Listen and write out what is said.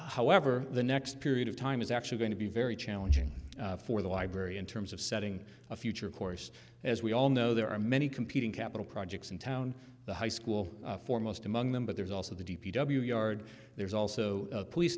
however the next period of time is actually going to be very challenging for the library in terms of setting a future course as we all know there are many competing capital projects in town the high school foremost among them but there's also the d p w yard there's also a police